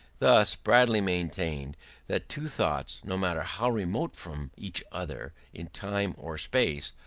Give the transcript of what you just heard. thus bradley maintained that two thoughts, no matter how remote from each other in time or space,